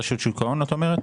רשות שוק ההון את אומרת?